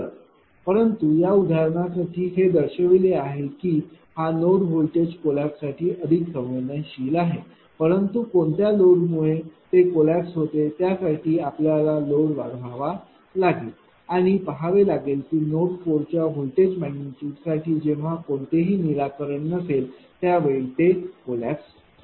तर परंतु या उदाहरणासाठी हे दर्शविले आहे की हा नोड व्होल्टेज कोलैप्ससाठी अधिक संवेदनशील आहे परंतु कोणत्या लोडमुळे ते कोलैप्स होते त्यासाठी आपल्याला लोड वाढवावा लागेल आणि पहावे लागेल की नोड 4 च्या व्होल्टेज मैग्निटूडसाठी जेव्हा कोणतेही निराकरण नसेल त्यावेळी ते कोलैप्स होईल